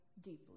deeply